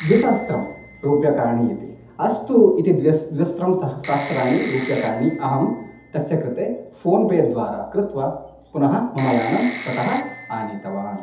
द्विसहस्रं रूप्यकाणि इति अस्तु इति द्व्यस् द्विसहस्रं सहस्रं सहस्राणि रूप्यकाणि अहं तस्य कृते फ़ोन् पे द्वारा कृत्वा पुनः मम यानं ततः आनीतवान्